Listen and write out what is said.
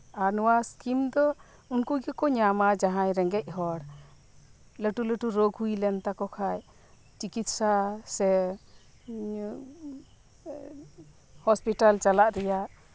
ᱟᱨ ᱱᱚᱣᱟ ᱥᱠᱤᱢ ᱫᱚ ᱩᱱᱠᱩ ᱜᱮᱠᱚ ᱧᱟᱢᱟ ᱡᱟᱦᱟᱸᱭ ᱨᱮᱸᱜᱮᱡ ᱦᱚᱲ ᱞᱟᱹᱴᱩ ᱞᱟᱹᱴᱩ ᱨᱳᱜᱽ ᱦᱩᱭ ᱞᱮᱱ ᱛᱟᱠᱚ ᱠᱷᱟᱱ ᱪᱤᱠᱤᱛᱥᱟ ᱥᱮ ᱦᱚᱥᱯᱤᱴᱟᱞ ᱪᱟᱞᱟᱜ ᱨᱮᱭᱟᱜ